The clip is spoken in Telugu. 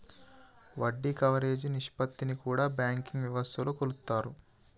వడ్డీ కవరేజీ నిష్పత్తిని కూడా బ్యాంకింగ్ వ్యవస్థలో కొలుత్తారు